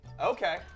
Okay